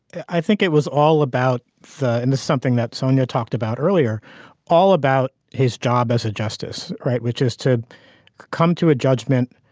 i think it was all about and something that sonia talked about earlier all about his job as a justice. right. which is to come to a judgment.